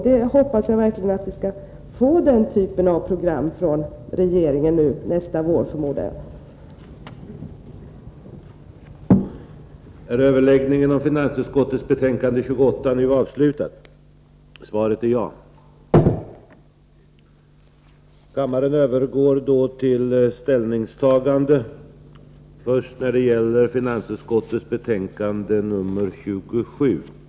Jag hoppas verkligen att vi skall få den typen av program från regeringen som jag skisserat och att det då kommer förmodligen nästa vår.